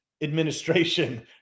administration